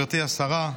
גברתי השרה,